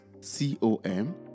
C-O-M